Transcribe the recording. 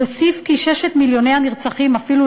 הוא הוסיף כי ששת מיליוני הנרצחים אפילו